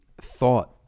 thought